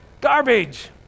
Garbage